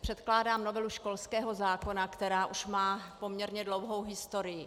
Předkládám novelu školského zákona, která už má poměrně dlouhou historii.